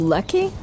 Lucky